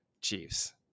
Chiefs